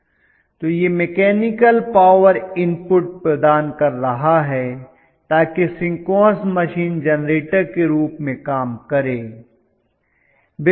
तो यह mechanical power input प्रदान कर रहा है ताकि सिंक्रोनस मशीन जेनरेटर के रूप में काम करे